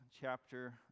chapter